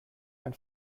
mein